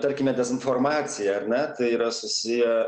tarkime dezinformacija ar ne tai yra susiję